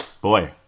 Boy